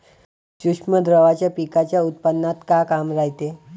सूक्ष्म द्रव्याचं पिकाच्या उत्पन्नात का काम रायते?